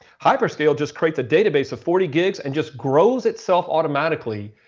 hyperscale, just create the database of forty gigs and just grows itself automatically.